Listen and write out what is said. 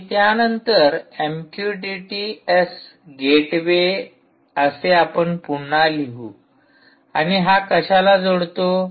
आणि त्यानंतर MQTT S gateway असे आपण पुन्हा लिहू आणि हा कशाला जोडतो